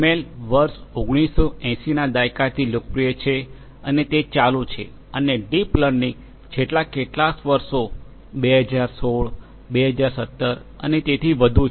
L વર્ષ 1980 ના દાયકાથી લોકપ્રિય છે અને તે ચાલુ છે અને ડીપ લર્નિંગ છેલ્લા કેટલાક વર્ષો 2006 2007 અને તેથી વધુથી છે